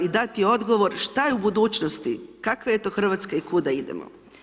I dati odgovor šta je u budućnosti, kakva je to Hrvatska i kuda idemo.